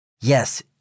Yes